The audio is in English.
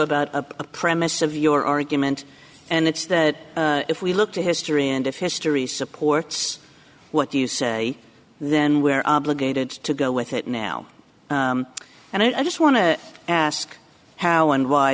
about a premise of your argument and that's that if we look to history and if history supports what you say then we're obligated to go with it now and i just want to ask how and why